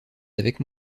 avec